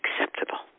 acceptable